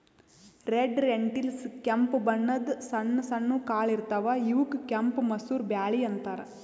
red lentils ಕೆಂಪ್ ಬಣ್ಣದ್ ಸಣ್ಣ ಸಣ್ಣು ಕಾಳ್ ಇರ್ತವ್ ಇವಕ್ಕ್ ಕೆಂಪ್ ಮಸೂರ್ ಬ್ಯಾಳಿ ಅಂತಾರ್